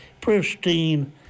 pristine